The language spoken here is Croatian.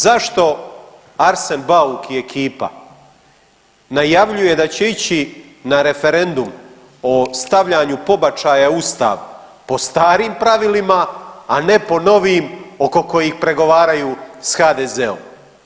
Zašto Arsen Bauk i ekipa najavljuje da će ići na referendum o stavljanju pobačaja u Ustav po starim pravilima, a ne po novim oko kojih pregovaraju s HDZ-om?